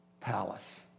palace